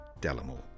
Delamore